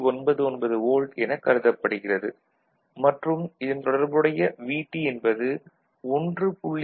99 volt என கருதப்படுகிறது மற்றும் இதன் தொடர்புடைய VT என்பது 1